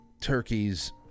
Turkey's